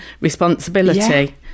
responsibility